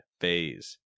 phase